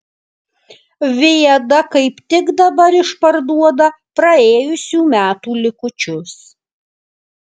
viada kaip tik dabar išparduoda praėjusių metų likučius